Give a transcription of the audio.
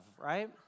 right